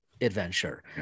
adventure